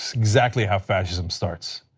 exactly how fascism starts.